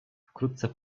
wkrótce